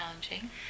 challenging